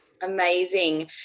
Amazing